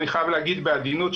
אני חייב להגיד בעדינות,